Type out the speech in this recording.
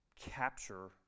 capture